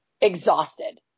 exhausted